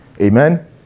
Amen